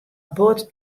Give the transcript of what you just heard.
bot